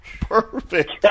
Perfect